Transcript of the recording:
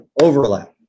overlap